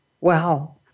Wow